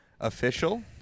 Official